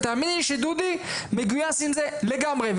ותאמין לי שדודי מגויס עם זה לגמרי.